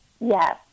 Yes